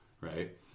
Right